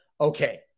okay